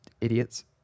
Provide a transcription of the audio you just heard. idiots